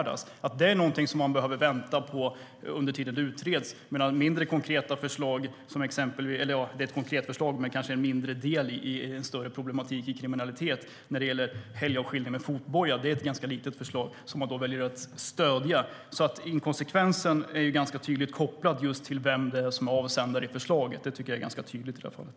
Jag kan bara konstatera att det är något som man behöver vänta på under tiden det utreds medan mindre konkreta förslag som exempelvis helgavskiljning med fotboja - det är visserligen ett konkret förslag men kanske en mindre del i en större problematik med kriminalitet - är ett ganska litet förslag som man väljer att stödja. Inkonsekvensen är tämligen tydligt kopplad till vem som är avsändare av förslaget. Det är rätt tydligt i det här fallet.